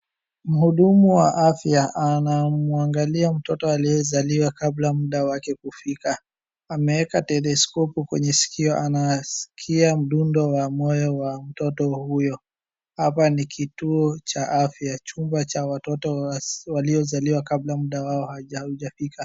Mhudumu wa afya anamwangalia mtoto aliyezaliwa kabla muda wake kufika. Ameweka teleskopu kwenye sikio anasikia mdundo wa moyo wa mtoto huyo. Hapa ni kituo cha afya, chumba cha watoto waliozaliwa kabla muda wao haujafika.